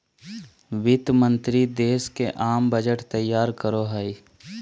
वित्त मंत्रि देश के आम बजट तैयार करो हइ